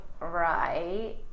right